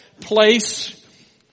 place